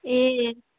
ए